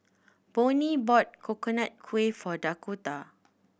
Bonnie bought Coconut Kuih for Dakotah